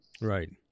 Right